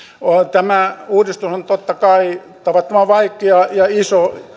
tämä uudistus on totta kai tavattoman vaikea ja iso